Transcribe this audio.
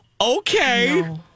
Okay